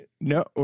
No